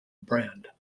brand